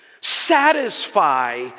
Satisfy